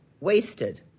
Wasted